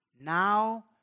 Now